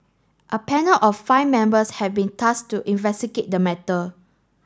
a panel of five members have been tasked to investigate the matter